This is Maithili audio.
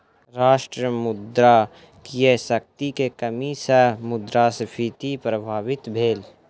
राष्ट्र मुद्रा क्रय शक्ति में कमी सॅ मुद्रास्फीति प्रभावित भेल